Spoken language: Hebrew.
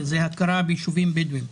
ההכרה ביישובים הבדואים: